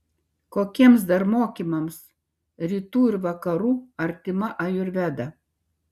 kokiems dar mokymams rytų ir vakarų artima ajurvedą